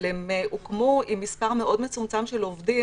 אבל הן הוקמו עם מספר מאוד מצומצם של עובדים,